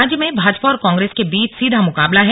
राज्य में भाजपा और कांग्रेस के बीच सीधा मुकाबला है